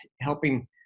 helping